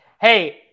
hey